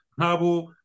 Nabo